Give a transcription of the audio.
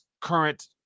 current